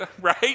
right